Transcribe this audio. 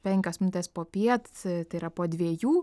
penkios minutės popiet tai yra po dviejų